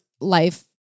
life